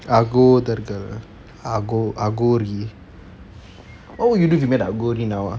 அகோதர்கள் ago~ அகோரி:agotharkal ago~ agori what would you do if you met அகோரி:agori now ah